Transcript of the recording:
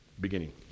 beginning